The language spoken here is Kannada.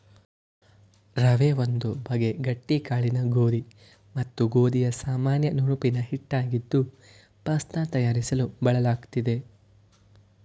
ರವೆ ಒಂದು ಬಗೆ ಗಟ್ಟಿ ಕಾಳಿನ ಗೋಧಿ ಮತ್ತು ಗೋಧಿಯ ಸಾಮಾನ್ಯ ನುಣುಪಿನ ಹಿಟ್ಟಾಗಿದ್ದು ಪಾಸ್ತ ತಯಾರಿಸಲು ಬಳಲಾಗ್ತದೆ